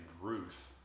Ruth